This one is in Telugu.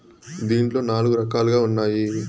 దీంట్లో నాలుగు రకాలుగా ఉన్నాయి